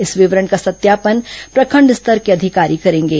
इस विवरण का सत्यापान प्रखंड स्तर के अधिकारी करेंगे